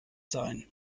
sein